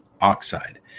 oxide